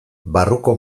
barruko